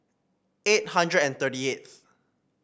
eight hundred and thirty eighth